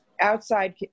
outside